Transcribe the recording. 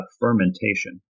fermentation